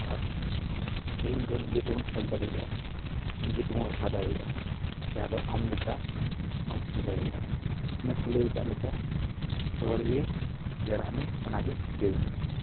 ᱟᱨ ᱥᱮᱨᱮᱧ ᱫᱚ ᱱᱤᱡᱮ ᱛᱮᱵᱚᱱ ᱚᱞ ᱫᱟᱲᱮᱭᱟᱜᱼᱟ ᱱᱤᱡᱮ ᱛᱮᱵᱚᱱ ᱨᱟᱦᱟ ᱫᱟᱲᱮᱭᱟᱜᱼᱟ ᱡᱟᱦᱟᱸ ᱫᱚ ᱟᱢ ᱞᱮᱠᱟ ᱟᱢᱥᱤ ᱫᱟᱲᱮᱭᱟᱜᱼᱟ ᱚᱱᱮ ᱠᱚ ᱞᱟᱹᱭ ᱟᱠᱟᱫ ᱞᱮᱠᱟ ᱨᱚᱲ ᱜᱮ ᱨᱟᱹᱲᱟᱜ ᱢᱮ ᱚᱱᱟ ᱜᱮ ᱥᱮᱨᱮᱧ ᱫᱚ